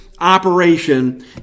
operation